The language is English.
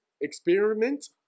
Experiment